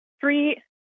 Three